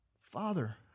Father